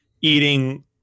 eating